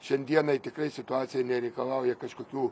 šiandienai tikrai situacija nereikalauja kažkokių